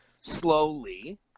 slowly